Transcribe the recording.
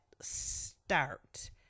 start